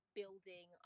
building